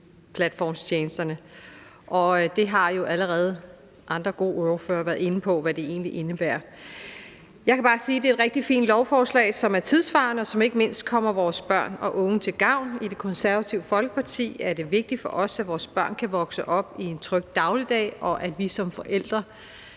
videodelingsplatformstjenesterne, og der har andre gode ordførere allerede været inde på, hvad det egentlig indebærer. Jeg kan bare sige, at det er et rigtig fint lovforslag, som er tidssvarende, og som ikke mindst kommer vores børn og unge til gavn. For Det Konservative Folkeparti er det vigtigt, at vores børn kan vokse op i en tryg dagligdag, og at vi som forældre